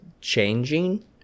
changing